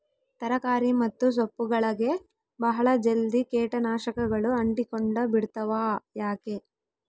ತರಕಾರಿ ಮತ್ತು ಸೊಪ್ಪುಗಳಗೆ ಬಹಳ ಜಲ್ದಿ ಕೇಟ ನಾಶಕಗಳು ಅಂಟಿಕೊಂಡ ಬಿಡ್ತವಾ ಯಾಕೆ?